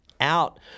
out